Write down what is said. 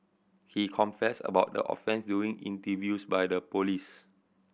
he confessed about the offence during interviews by the police